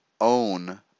own